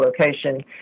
location